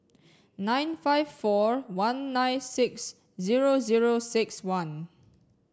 nine five four one nine six zero zero six one